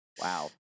Wow